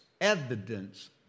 evidence